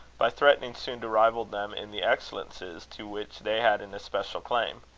by threatening soon to rival them in the excellencies to which they had an especial claim.